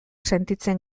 sentitzen